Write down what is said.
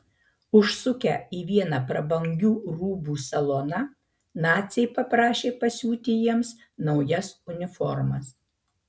užsukę į vieną prabangių rūbų saloną naciai paprašė pasiūti jiems naujas uniformas